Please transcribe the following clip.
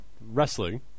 wrestling